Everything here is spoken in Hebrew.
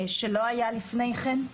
דבר שלא היה לפני כן.